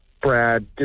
Brad